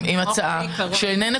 בתיאום עם משרד המשפטים.